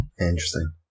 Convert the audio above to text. Interesting